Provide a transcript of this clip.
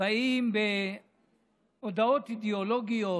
באים בהודעות אידיאולוגיות,